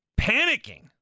panicking